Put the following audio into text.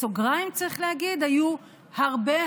בסוגריים צריך להגיד: היו הרבה,